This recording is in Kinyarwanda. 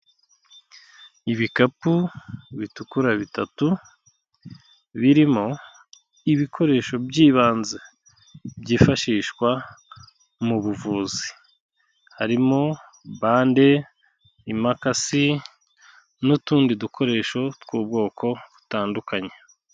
Ibikapu bitukura bitatu, birimo ibikoresho by'ibanze, byifashishwa mu buvuzi, harimo bande, imakasi n'utundi dukoresho tw'ubwoko butandukanye.